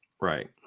Right